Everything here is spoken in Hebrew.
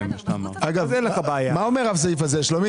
רוויזיה על הסתייגות מספר 66. מי בעד קבלת הרוויזיה?